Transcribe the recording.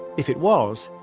if it was,